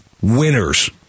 winners